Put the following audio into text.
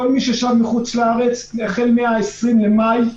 כל מי ששב מחוץ לארץ החל מ-20 במאי,